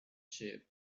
sheep